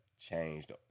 changed